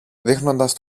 δείχνοντας